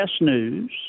News